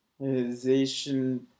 organization